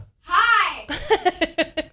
Hi